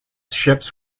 ships